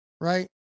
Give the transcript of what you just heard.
right